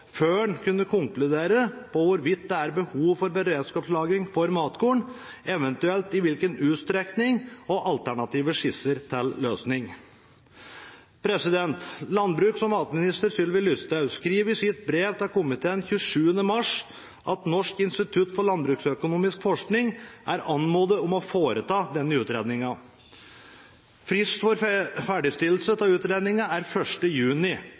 før en kan konkludere hvorvidt det er behov for beredskapslagring av matkorn, eventuelt i hvilken utstrekning, og alternative skisser til løsning. Landbruks- og matminister Sylvi Listhaug skriver i sitt brev til komiteen 27. mars at Norsk institutt for landbruksøkonomisk forskning er anmodet om å foreta denne utredningen. Frist for ferdigstillelse av utredningen er 1. juni.